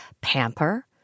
Pamper